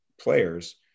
players